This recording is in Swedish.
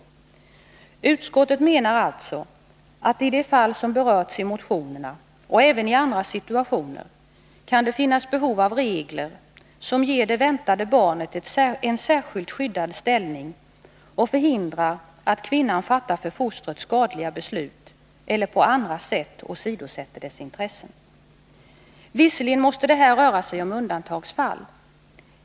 Utskottet menar att i de fall som berörts i motionerna, och även i andra situationer, kan det finnas behov av regler som ger det väntade barnet en särskilt skyddad ställning och förhindrar att kvinnan fattar för fostret skadliga beslut eller på andra sätt åsidosätter dess intressen. Visserligen måste det här röra sig om undantagsfall.